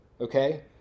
okay